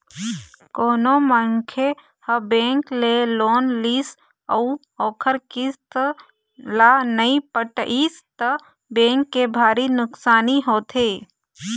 कोनो मनखे ह बेंक ले लोन लिस अउ ओखर किस्त ल नइ पटइस त बेंक के भारी नुकसानी होथे